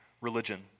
religion